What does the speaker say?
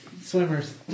Swimmers